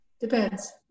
Depends